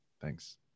Thanks